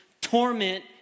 torment